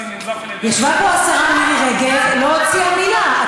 ישבה פה השרה מירי רגב ולא הוציאה מילה.